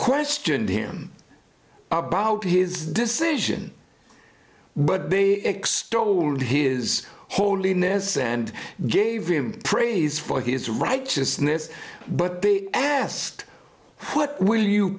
questioned him about his decision but they extolled his holiness and gave him praise for his righteousness but they asked what will you